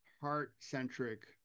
heart-centric